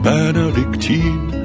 Benedictine